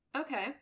Okay